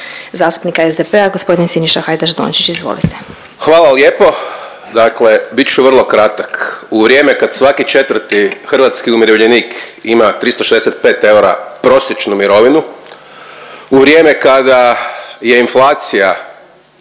zastupnika SDP-a g. Siniša Hajdaš Dončić, izvolite. **Hajdaš Dončić, Siniša (SDP)** Hvala lijepo, dakle bit ću vrlo kratak. U vrijeme kad svaki 4. hrvatski umirovljenik ima 365 eura prosječnu mirovinu, u vrijeme kada je inflacija